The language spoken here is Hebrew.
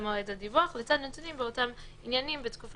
לחשוף אותו ואת הצדדים הנוספים שמגיעים עד אליו לתחלואה